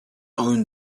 own